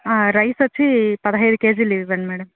rice వచ్చి పదిహేను కేజీలు ఇవ్వండి మేడం